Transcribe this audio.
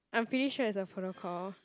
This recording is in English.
I'm pretty sure it's a protocol